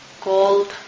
gold